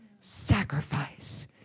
sacrifice